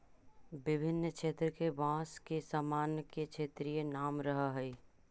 विभिन्न क्षेत्र के बाँस के सामान के क्षेत्रीय नाम रहऽ हइ